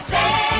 Say